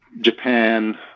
Japan